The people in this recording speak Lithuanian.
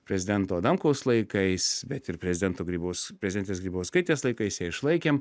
prezidento adamkaus laikais bet ir prezidento grybaus prezidentės grybauskaitės laikais ją išlaikėm